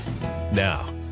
Now